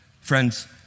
Friends